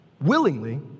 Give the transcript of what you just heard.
willingly